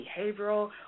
behavioral